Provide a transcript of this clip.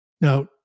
Now